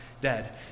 dead